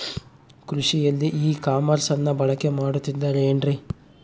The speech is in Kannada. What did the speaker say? ಕೃಷಿಯಲ್ಲಿ ಇ ಕಾಮರ್ಸನ್ನ ಬಳಕೆ ಮಾಡುತ್ತಿದ್ದಾರೆ ಏನ್ರಿ?